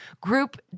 Group